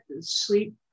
sleep